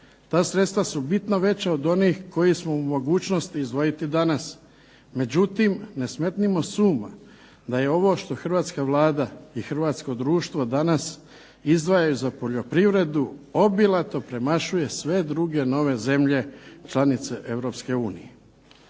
Ta sredstva su bitno veća od onih koje smo u mogućnosti izdvojiti danas, međutim ne smetnimo s uma da je ovo što hrvatska Vlada i hrvatsko društvo danas izdvajaju za poljoprivredu obilato premašuje sve druge nove zemlje članice